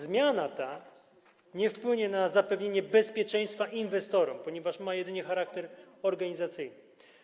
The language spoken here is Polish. Zmiana ta nie wpłynie na zapewnienie bezpieczeństwa inwestorom, ponieważ ma jedynie charakter organizacyjny.